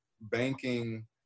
banking